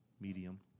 Medium